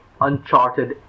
uncharted